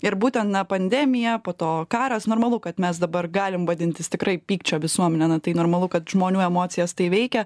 ir būtent na pandemija po to karas normalu kad mes dabar galim vadintis tikrai pykčio visuomene na tai normalu kad žmonių emocijas tai veikia